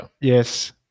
yes